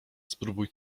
spróbuj